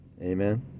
amen